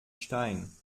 stein